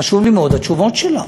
חשובות לי מאוד התשובות שלה.